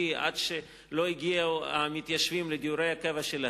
עד שהמתיישבים יגיעו לדיור הקבע שלהם.